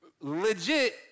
legit